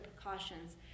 precautions